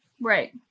Right